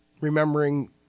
remembering